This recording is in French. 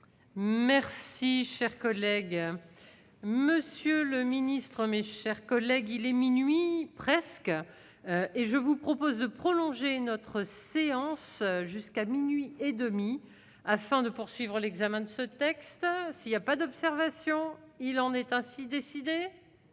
Merci, cher collègue, monsieur le ministre, mes chers collègues, il est minuit presque. Et je vous propose de prolonger notre séance jusqu'à minuit et demi, afin de poursuivre l'examen de ce texte, s'il y a pas d'observation, il en est ainsi décidé.